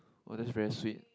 oh that's very sweet